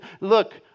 look